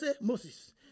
Moses